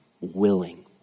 willing